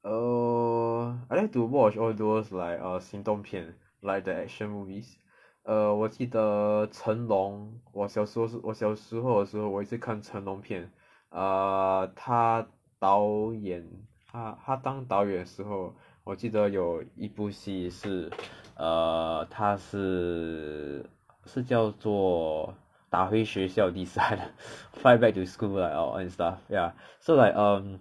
我 I like to watch all those like err 行动片 like the action movies err 我记得 chen long 我小时候我小时候的时候我一直看 chen long 片 err 他导演他他当导演的时候我记得有一部戏是 err 它是是叫做打回学校比赛啊 fight back to school lah and stuff ya so like um